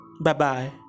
Bye-bye